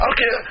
Okay